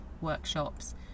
workshops